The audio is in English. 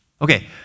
Okay